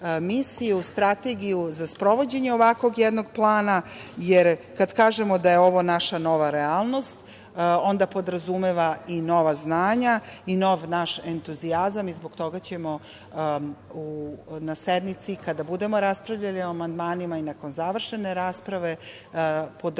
misiju, strategiju za sprovođenje ovakvog jednog plana, jer kad kažemo da je ovo naša nova realnost onda podrazumeva i nova znanja i nov naš entuzijazam. Zbog toga ćemo na sednici kada budemo raspravljali o amandmanima i nakon završene rasprave, podržati